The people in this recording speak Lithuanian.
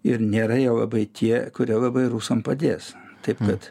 ir nėra jie labai tie kurie labai rusam padės taip kad